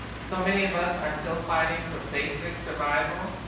so many of us are still fighting for basic survival.